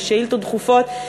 בשאילתות דחופות.